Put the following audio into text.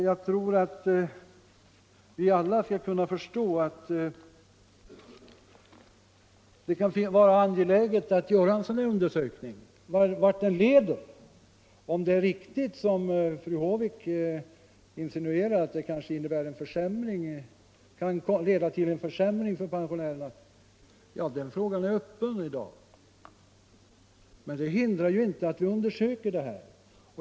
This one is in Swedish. Jag tror att vi alla förstår, att det kan vara angeläget att göra en sådan här undersökning och se vart den leder. Fru Håvik insinuerar att den kan leda till en försämring för pensionärerna. Den frågan är i dag öppen, och därför bör vi undersöka den.